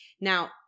Now